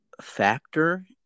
factor